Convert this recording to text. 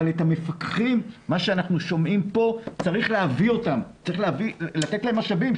אבל את המפקחים צריך להביא, צריך לתת להם משאבים.